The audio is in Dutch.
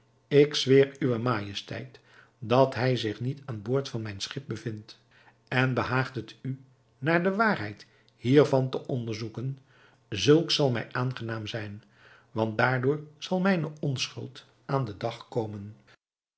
ik zweer uwe majesteit dat hij zich niet aan boord van mijn schip bevindt en behaagt het u naar de waarheid hiervan te onderzoeken zulks zal mij aangenaam zijn want daardoor zal mijne onschuld aan den dag komen